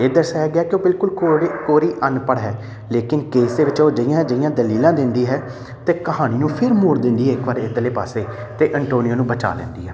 ਇਹ ਦੱਸਿਆ ਗਿਆ ਕਿ ਉਹ ਬਿਲਕੁਲ ਕੋੜੀ ਕੋਰੀ ਅਨਪੜ੍ਹ ਹੈ ਲੇਕਿਨ ਕੇਸ ਦੇ ਵਿੱਚ ਉਹ ਅਜਿਹੀਆਂ ਅਜਿਹੀਆਂ ਦਲੀਲਾਂ ਦਿੰਦੀ ਹੈ ਅਤੇ ਕਹਾਣੀ ਨੂੰ ਫਿਰ ਮੋੜ ਦਿੰਦੀ ਹੈ ਇੱਕ ਵਾਰ ਇੱਧਰਲੇ ਪਾਸੇ ਅਤੇ ਅੰਟੋਨੀਓ ਨੂੰ ਬਚਾ ਲੈਂਦੀ ਹੈ